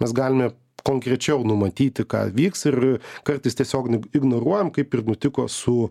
mes galime konkrečiau numatyti ką vyks ir kartais tiesiog ignoruojam kaip ir nutiko su